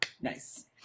Nice